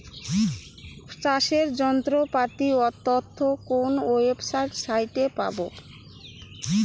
চাষের যন্ত্রপাতির তথ্য কোন ওয়েবসাইট সাইটে পাব?